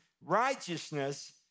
righteousness